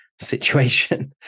situation